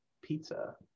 pizza